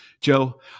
Joe